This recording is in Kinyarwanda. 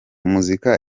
muzika